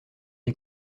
est